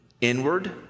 inward